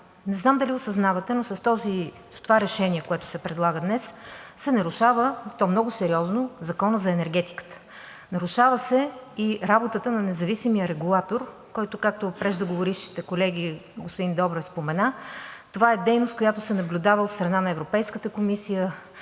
Не знам дали осъзнавате, но с това решение, което се предлага днес, се нарушава, и то много сериозно, Законът за енергетиката. Нарушава се и работата на независимия регулатор, която, както преждеговорившите колеги и господин Добрев споменаха, е дейност, която се наблюдава от страна на Европейската комисия.